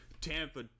Tampa